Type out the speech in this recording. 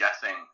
guessing